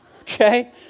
okay